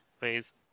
please